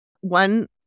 one